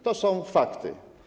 To są fakty.